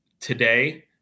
today